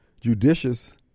judicious